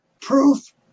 proof